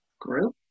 group